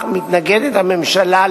אתה שר בכיר בממשלה,